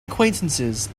acquaintances